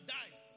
died